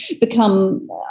become